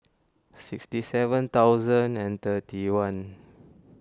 sixty seven thousand and thirty one